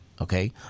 Okay